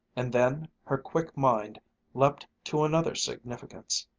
and then, her quick mind leaped to another significance.